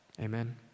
Amen